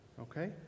okay